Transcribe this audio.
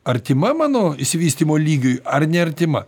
artima mano išsivystymo lygiui ar neartima